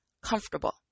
comfortable